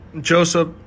Joseph